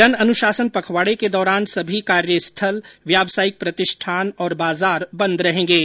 जन अनुशासन पखवाडे के दौरान सभी कार्यस्थल व्यावसायिक प्रतिष्ठान और बाजार बंद रहेंगे